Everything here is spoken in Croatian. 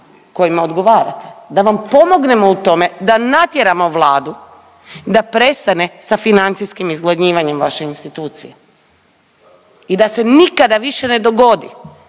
kojima odgovarate da vam pomognemo u tome da natjeramo Vladu da prestane sa financijskim izgladnjivanjem vaše institucije i da se nikada više ne dogodi